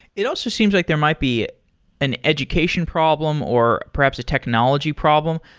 it also seems like there might be an education problem or perhaps a technology problem.